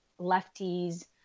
lefties